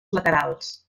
laterals